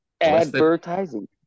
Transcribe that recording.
Advertising